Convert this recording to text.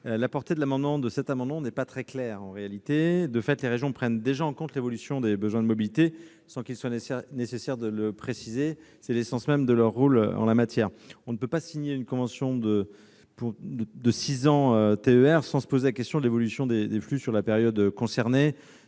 La portée de cet amendement n'est pas très claire. De fait, les régions prennent déjà en compte l'évolution des besoins de mobilité, sans qu'il soit nécessaire de le préciser ; c'est l'essence même de leur rôle en la matière. On ne peut pas signer une convention TER pour six ans sans s'interroger sur l'évolution des flux sur la période. Je demande